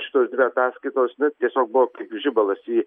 šitos dvi ataskaitos nu tiesiog buvo kaip žibalas į